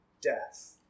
death